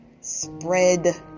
spread